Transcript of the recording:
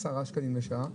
עשרה שקלים לשעה,